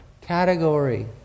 category